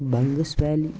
بنگٕس وٮ۪لی